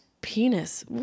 penis